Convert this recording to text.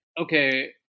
okay